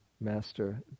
master